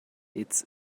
its